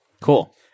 Cool